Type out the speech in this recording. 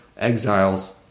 exiles